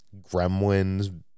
gremlins